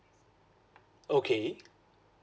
okay